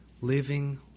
Living